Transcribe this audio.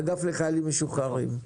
אגף לחיילים משוחררים.